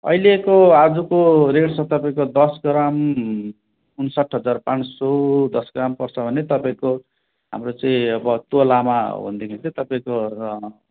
अहिलेको आजको रेट छ तपाईँको दस ग्राम उन्सठ हजार पाँच सय दस ग्राम पर्छ भने तपाईँको हाम्रो चाहिँ अब तोलामा हो भनेदेखि चाहिँ तपाईँको